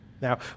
Now